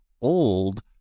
old